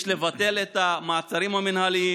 יש לבטל את המעצרים המינהליים.